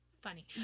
funny